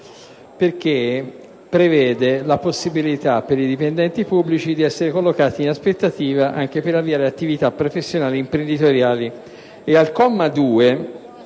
1, prevede la possibilità per i dipendenti pubblici di essere collocati in aspettativa anche per avviare attività professionali e imprenditoriali.